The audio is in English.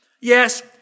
Yes